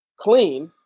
clean